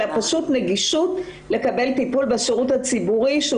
אלא פשוט נגישות לקבלת טיפול בשירות הציבורי שהוא